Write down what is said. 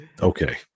Okay